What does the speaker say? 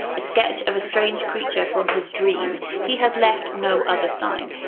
a sketch of a strange creature from his dream, he has left no other sign,